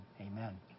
Amen